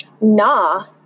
Nah